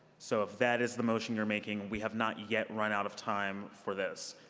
so if that is the motion you're making, we have not yet run out of time for this.